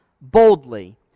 boldly